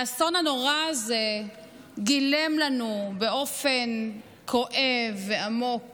האסון הנורא הזה גילם לנו באופן כואב ועמוק